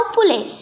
Pule